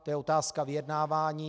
Je to otázka vyjednávání.